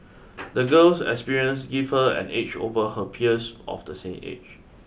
the girl's experiences give her an edge over her peers of the same age